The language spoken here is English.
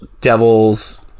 devil's